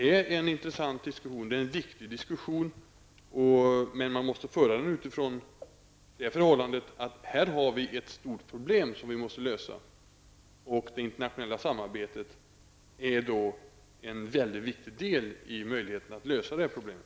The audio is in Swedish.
Jag tycker att den här diskussionen är intressant och viktig, men den måste föras med utgångspunkt i att det här rör sig om ett stort problem som måste lösas. Det internationella samarbetet är då mycket viktigt för att man skall kunna lösa problemet.